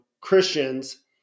Christians